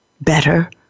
better